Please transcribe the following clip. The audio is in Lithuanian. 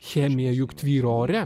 chemija juk tvyro ore